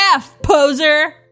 poser